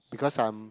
because I'm